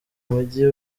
mujyi